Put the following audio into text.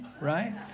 right